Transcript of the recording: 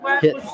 hit